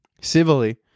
Civilly